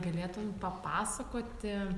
galėtum papasakoti